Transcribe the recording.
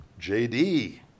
JD